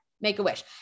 Make-A-Wish